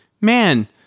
man